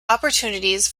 opportunities